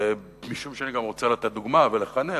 ומשום שאני גם רוצה לתת דוגמה ולחנך,